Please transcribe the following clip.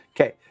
Okay